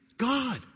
God